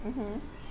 mmhmm